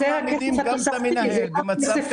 כאן אנחנו